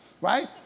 right